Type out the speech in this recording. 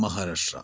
Maharashtra